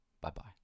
bye-bye